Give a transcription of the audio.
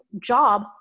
job